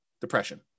depression